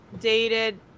dated